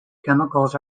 chemicals